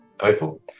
people